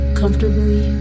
comfortably